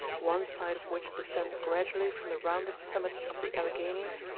one side of which descends gradually from the rounded summits of the alleghanies,